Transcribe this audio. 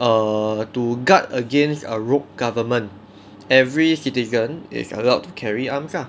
err to guard against a rogue government every citizen is allowed to carry arms lah